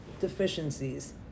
deficiencies